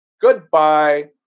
Goodbye